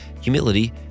humility